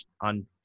on